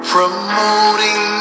Promoting